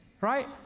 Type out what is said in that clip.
Right